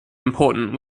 important